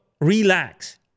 Relax